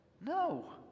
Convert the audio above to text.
No